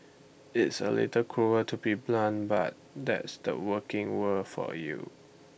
it's A little cruel to be blunt but that's the working world for you